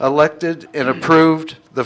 elected in approved the